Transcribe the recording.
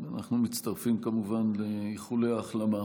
אנחנו מצטרפים כמובן לאיחולי ההחלמה.